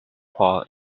fall